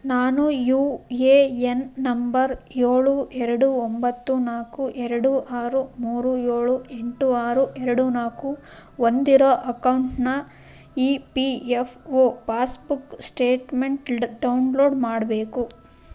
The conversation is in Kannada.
ನಾನು ಯು ಯೆ ಯೆನ್ ನಂಬರ್ ಏಳು ಎರಡು ಒಂಬತ್ತು ನಾಲ್ಕು ಎರಡು ಆರು ಮೂರು ಏಳು ಎಂಟು ಆರು ಎರಡು ನಾಲ್ಕು ಹೊಂದಿರೋ ಅಕೌಂಟ್ನ E P F O passbook statement ಡ್ ಡೌನ್ಲೋಡ್ ಮಾಡಬೇಕು